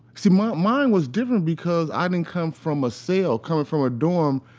see mine, mine was different because i didn't come from a cell coming from a dorm.